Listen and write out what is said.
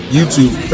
YouTube